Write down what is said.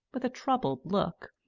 with a troubled look.